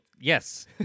yes